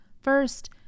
first